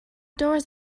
doors